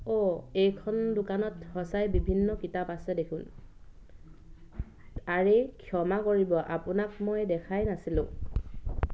অ' এইখন দোকানত সঁচাই বিভিন্ন কিতাপ আছে দেখোন আৰে ক্ষমা কৰিব আপোনাক মই দেখাই নাছিলো